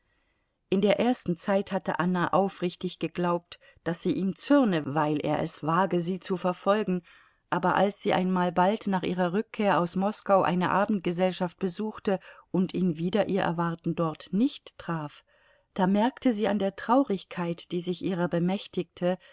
in der ersten zeit hatte anna aufrichtig geglaubt daß sie ihm zürne weil er es wage sie zu verfolgen aber als sie einmal bald nach ihrer rückkehr aus moskau eine abendgesellschaft besuchte und ihn wider ihr erwarten dort nicht traf da merkte sie an der traurigkeit die sich ihrer bemächtigte